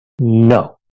No